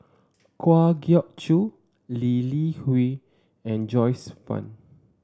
Kwa Geok Choo Lee Li Hui and Joyce Fan